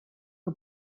que